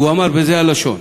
ואמר בזה הלשון: